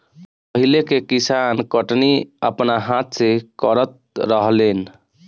पहिले के किसान कटनी अपना हाथ से करत रहलेन